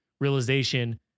realization